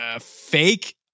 Fake